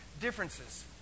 differences